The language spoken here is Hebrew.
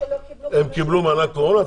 הם קיבלו מענק קורונה?